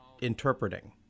interpreting